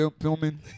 filming